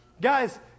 Guys